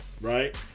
right